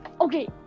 Okay